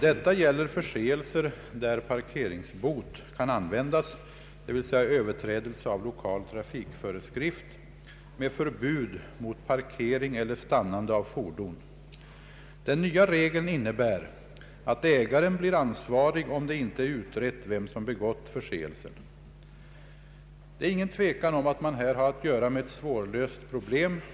Detta gäller förseelser där parkeringsbot kan användas, dvs. överträdelse av lokal trafikföreskrift med förbud mot parkering eller stannande av fordon. Den nya regeln innebär att ägaren blir ansvarig om det inte är utrett vem som begått förseelsen. Det är ingen tvekan om att man här har att göra med ett svårlöst problem.